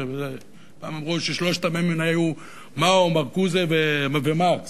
פעם אמרו ששלושת המ"מים היו: מאו, מרקוזה ומרקס.